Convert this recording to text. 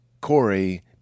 Corey